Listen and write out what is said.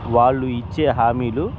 వాళ్ళు ఇచ్చే హామీలు